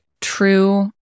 true